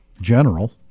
general